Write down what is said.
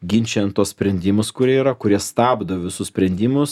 ginčijant tuos sprendimus kurie yra kurie stabdo visus sprendimus